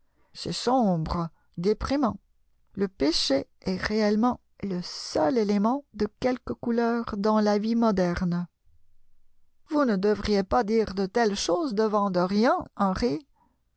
c'est sombre déprimant le péché est réellement le seul élément de quelque couleur dans la vie moderne vous ne devriez pas dire de telles choses devant dorian